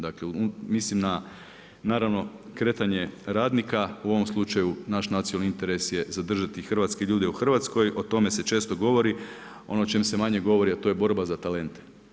Dakle, mislim na naravno kretanje radnika, u ovom slučaju naš nacionalni interes je zadržati hrvatske ljude u Hrvatskoj, o tome se često govori, ono o čem se manje govori a to je borba za talent.